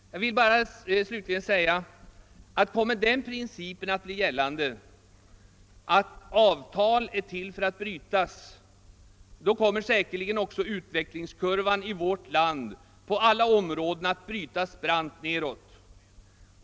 Jag vill bara till slut säga, att kommer den principen att bli gällande att avtal är till för att brytas, kommer säkerligen också utvecklingskurvan i vårt land på alla områden att brytas brant nedåt.